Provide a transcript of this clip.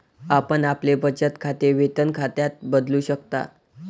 आपण आपले बचत खाते वेतन खात्यात बदलू शकता